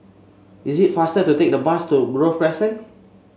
it is faster to take the bus to Grove Crescent